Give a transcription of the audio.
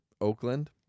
Oakland